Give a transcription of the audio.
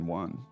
one